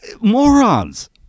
Morons